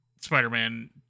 Spider-Man